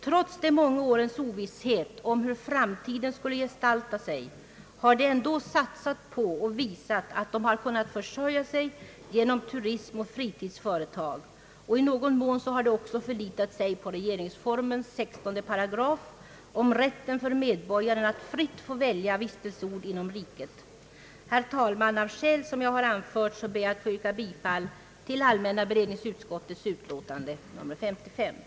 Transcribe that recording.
Trots de många årens ovisshet om hur framtiden skulle gestalta sig har de ändå satsat på och visat att de kunnat försörja sig genom turism och fritidsföretag. I någon mån har de också förlitat sig på regeringsformen 16 §& om rätten för medborgaren att fritt få välja vistelseort inom riket. Herr talman! Av skäl som jag anfört ber jag att få yrka bifall till utskottets hemställan.